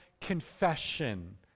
confession